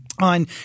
on